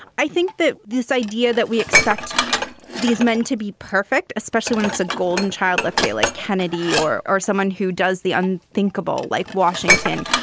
i think that this idea that we expect these men to be perfect, especially when it's a golden child, let's say like kennedy or or someone who does the unthinkable, like washington,